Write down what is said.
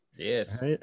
Yes